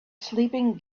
sleeping